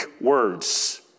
words